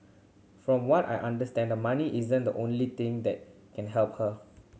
from what I understand money isn't the only thing that can help her